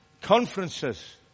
conferences